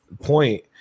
point